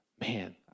man